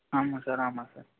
ஆமாம் சார் ஆமாம் சார்